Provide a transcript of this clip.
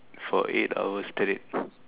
for eight hours straight